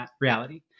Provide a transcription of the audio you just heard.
reality